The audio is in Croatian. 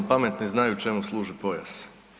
Pametni znaju čemu služi pojas“